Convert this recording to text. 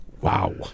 Wow